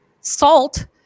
salt